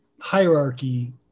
hierarchy